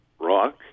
rock